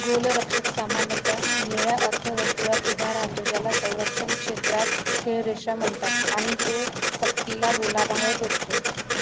गोल रक्षक सामान्यतःनिळ्या अर्ध वर्तूळात उभा राहतो ज्याला संरक्षण क्षेत्रात खेळरेषा म्हणतात आणि तो सक्तीला गोलाबाहेर रोखतो